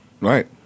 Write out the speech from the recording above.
Right